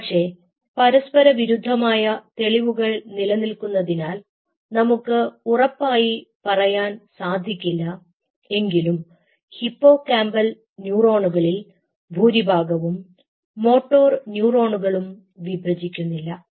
പക്ഷേ പരസ്പര വിരുദ്ധമായ തെളിവുകൾ നിലനിൽക്കുന്നതിനാൽ നമുക്ക് ഉറപ്പായി പറയാൻ സാധിക്കില്ല എങ്കിലും ഹിപ്പോകാമ്പൽ ന്യൂറോണുകളിൽ ഭൂരിഭാഗവും മോട്ടോർ ന്യൂറോണുകളും വിഭജിക്കുന്നില്ല